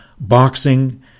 Boxing